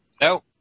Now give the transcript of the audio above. No